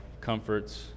comforts